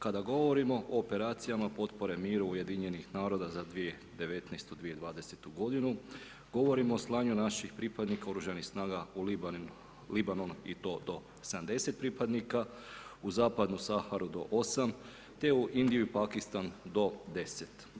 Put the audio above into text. Kada govorimo o operacijama potpore miru UN-a za 2019.-2020. g., govorimo o slanju naših pripadnika OS-a u Libanon i to 70 pripadnika, u zapadnu Saharu do 8 te u Indiju i Pakistan do 10.